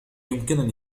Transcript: يمكنني